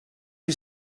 you